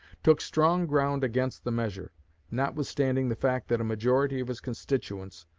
took strong ground against the measure notwithstanding the fact that a majority of his constituents,